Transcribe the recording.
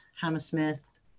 Hammersmith